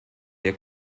der